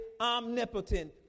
omnipotent